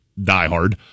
diehard